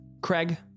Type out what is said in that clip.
Craig